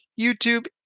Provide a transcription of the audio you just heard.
YouTube